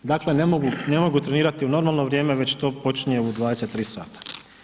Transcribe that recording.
Dakle, ne mogu trenirati u normalno vrijeme, već to počinje u 23 sata.